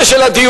בנושא של הדיור.